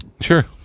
sure